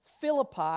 philippi